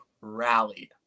rallied